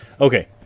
Okay